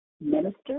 minister